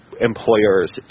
employers